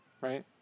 right